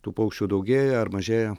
tų paukščių daugėja ar mažėja